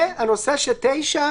והנושא של (9),